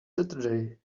saturday